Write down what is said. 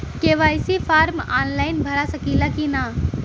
KYC form online भरा सकला की ना?